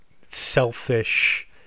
selfish